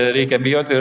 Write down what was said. reikia bijoti ir